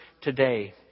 today